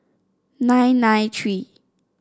nine nine three